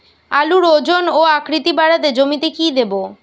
আলুর ওজন ও আকৃতি বাড়াতে জমিতে কি দেবো?